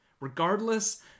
regardless